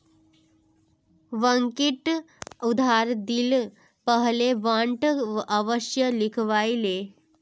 बंटिक उधार दि ल पहले बॉन्ड अवश्य लिखवइ ले